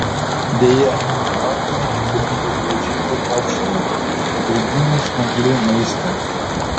deja pamatome tik galybę graužikų opšrų pagrindinį smauglių maistą